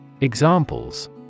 Examples